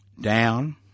down